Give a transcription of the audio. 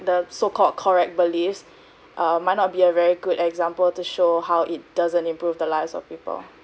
the so called correct believes err might not be a very good example to show how it doesn't improve the lives of people